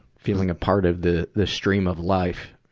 feeling a part of the, the stream of life.